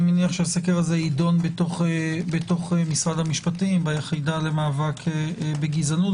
אני מניח שהסקר הזה יידון במשרד המשפטים ביחידה למאבק בגזענות,